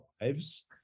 lives